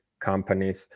companies